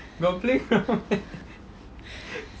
got playground meh